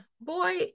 boy